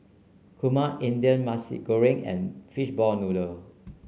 Kurma Indian Mee Goreng and Fishball Noodle